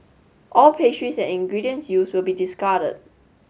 all pastries ingredients use will be discarded